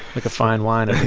like a fine wine and